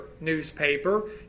newspaper